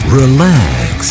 relax